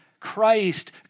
Christ